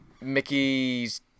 Mickey's